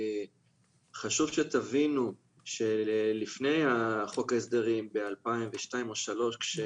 חשוב שתבינו שלפני חוק ההסדרים ב-2002 או 2003,